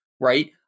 right